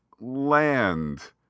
land